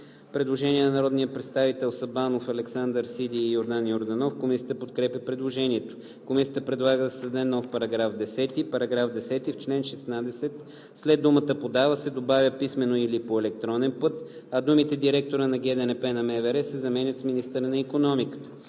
Предложение на народните представители Александър Сабанов, Александър Сиди и Йордан Йорданов. Комисията подкрепя предложението. Комисията предлага да се създаде нов § 10: „§ 10. В чл. 16 след думата „подава“ се добавя „писмено или по електронен път“, а думите „директора на ГДНП на МВР“ се заменят с „министъра на икономиката“.“